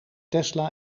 tesla